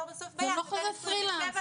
בסוף ביד --- זה לא חוזה פרילנס,